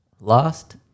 Last